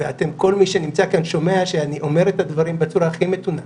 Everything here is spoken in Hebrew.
כל מי שנמצא כאן שומע שאני אומר את הדברים בצורה הכי מתונה,